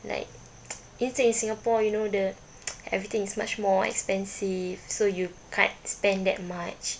like it's in singapore you know the everything is much more expensive so you can't spent that much